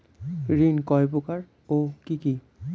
ঋণ কয় প্রকার ও কি কি?